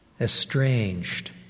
estranged